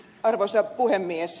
arvoisa puhemies